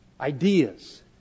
ideas